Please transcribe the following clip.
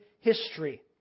history